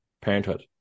parenthood